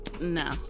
No